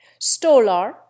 Stolar